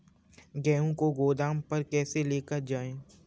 गेहूँ को गोदाम पर कैसे लेकर जाएँ?